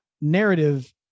narrative